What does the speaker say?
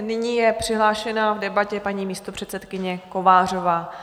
Nyní je přihlášena v debatě paní místopředsedkyně Kovářová.